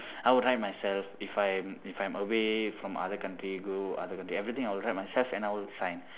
I will write myself if I'm if I'm away from other country go other country everything I would write myself and I would sign